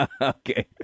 Okay